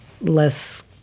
less